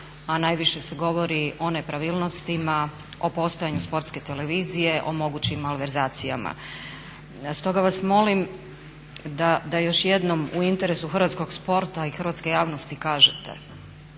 a najviše se govori o nepravilnostima, o postojanju sportske televizije, o mogućim malverzacijama. Stoga vas molim da još jednom u interesu hrvatskog sporta i hrvatske javnosti kažete